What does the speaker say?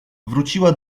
wróciła